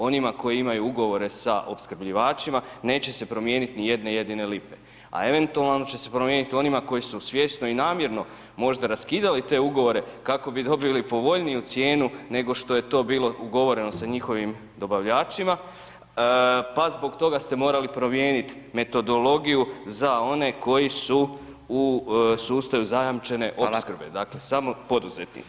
Onima koji imaju ugovore s opskrbljivačima, neće se promijeniti ni jedene jedine lipe, a eventualno će se promijeniti onima koji su svjesno i namjerno možda raskidali te ugovore kako bi dobili povoljniju cijenu, nego što je to bilo ugovoreno s njihovim dobavljačima, pa zbog toga ste morali promijeniti metodologiju, za one koji su u sustavu zajamčene opskrbe, dakle, samo poduzetnici.